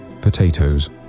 potatoes